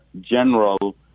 general